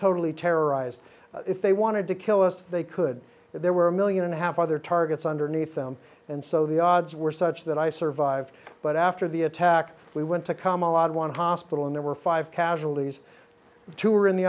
totally terrorized if they wanted to kill us they could but there were a million and a half other targets underneath them and so the odds were such that i survived but after the attack we went to come on one hospital in there were five casualties two were in the